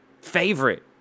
Favorite